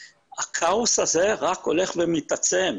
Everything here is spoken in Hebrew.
הכאוס הזה רק הולך ומתעצם.